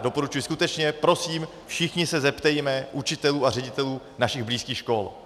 Doporučuji skutečně prosím, všichni se zeptejme učitelů a ředitelů našich blízkých škol.